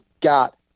got